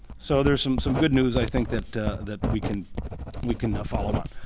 so there's some some good news i think that that we can we can follow on.